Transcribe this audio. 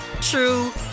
true